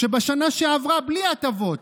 כשבשנה שעברה" בלי הטבות,